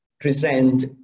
present